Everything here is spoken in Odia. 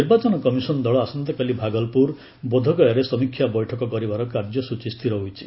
ନିର୍ବାଚନ କମିସନ ଦଳ ଆସନ୍ତାକାଲି ଭାଗଲପୁର ବୋଧଗୟାରେ ସମୀକ୍ଷା ବୈଠକ କରିବାର କାର୍ଯ୍ୟସୂଚୀ ସ୍ଥିର ହୋଇଛି